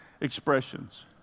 expressions